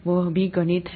वह भी गणित है